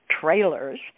trailers